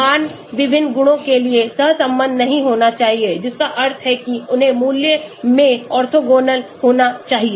मान भिन्न गुणों के लिए सहसंबद्ध नहीं होना चाहिए जिसका अर्थ है कि उन्हें मूल्य में ऑर्थोगोनल होना चाहिए